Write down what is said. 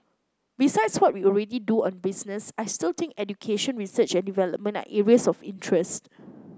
besides what we already do on business I still think education research and development are areas of interest